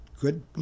good